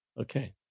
Okay